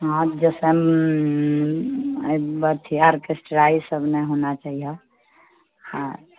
जइसन अथि आर्केस्ट्रा ई सब नहि होना चाहिए आ